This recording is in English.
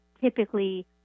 typically